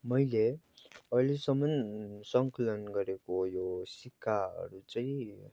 मैले ऐले समन सङ्कलन गरेको यो सिक्काहरू चाहिँ